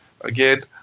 Again